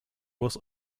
was